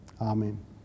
Amen